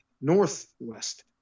northwest